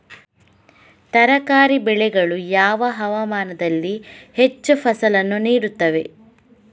ತರಕಾರಿ ಬೆಳೆಗಳು ಯಾವ ಹವಾಮಾನದಲ್ಲಿ ಹೆಚ್ಚು ಫಸಲನ್ನು ನೀಡುತ್ತವೆ?